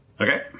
Okay